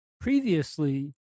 previously